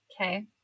Okay